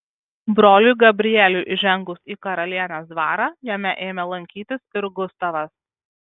broliui gabrieliui įžengus į karalienės dvarą jame ėmė lankytis ir gustavas